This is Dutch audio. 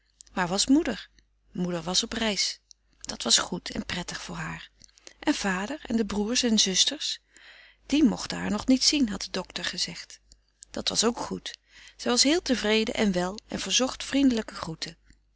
waar was moeder moeder was op reis dat was goed en prettig voor haar en vader en de broers en zusters die mochten haar nog niet zien had de docter gezegd dat was ook goed zij was heel tevreden en wel en verzocht vriendelijke groeten